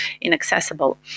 inaccessible